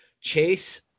Chase